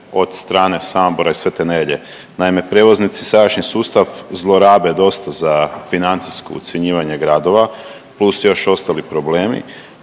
od strane Samobora i Svete Nedjelje. Naime, prijevoznici sadašnji sustav zlorabe dosta za financijsko ucjenjivanje gradova plus još ostali problemi,